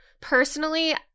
Personally